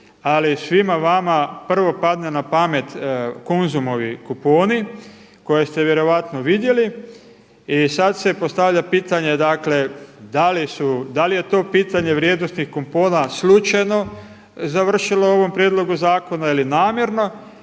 ali svima vama prvo padne na pamet Konzumovi kuponi koje ste vjerojatno vidjeli i sada se postavlja pitanje da li je to pitanje vrijednosnih kupona slučajno završilo u ovom prijedlogu zakona ili namjerno